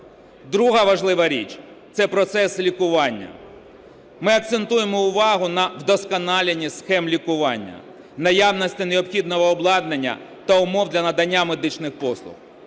Друга важлива річ – це процес лікування. Ми акцентуємо увагу на вдосконаленні схем лікування, наявності необхідного обладнання та умов для надання медичних послуг.